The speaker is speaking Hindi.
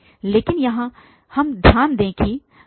लेकिन यहाँ हम ध्यान दें कि g2